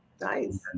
Nice